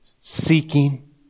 seeking